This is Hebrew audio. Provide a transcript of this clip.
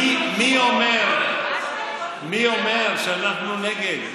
מי אומר שאנחנו נגד?